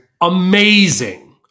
Amazing